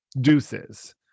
deuces